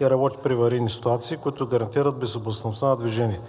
и работи при аварийни ситуации, които да гарантират безопасността на движение.